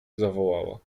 zawołała